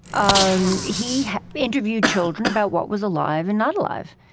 um he interviewed children about what was alive and not alive.